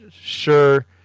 sure